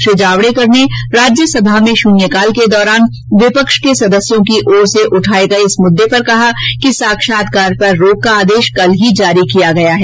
श्री जावडेकर ने राज्यसभा में शुन्यकाल के दौरान विपक्ष के सदस्यों की ओर से उठाये गयेइस मुद्दे पर कहा कि साक्षात्कार पर रोक का आदेश कल ही जारी किया गया था